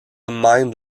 mind